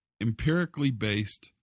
empirically-based